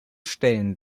stellen